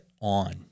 on